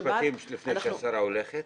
אם אני יכול לומר שני משפטים לפני שהשרה הולכת.